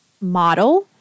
model